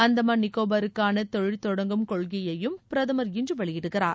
அந்தமான் நிக்கோபாருக்கான தொழில்தொடங்கும் கொள்கையையும் பிரதமர் இன்று வெளியிடுகிறார்